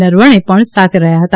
નરવણે પણ સાથે રહ્યા હતા